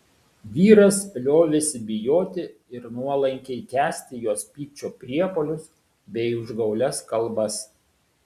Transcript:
vyras liovėsi bijoti ir nuolankiai kęsti jos pykčio priepuolius bei užgaulias kalbas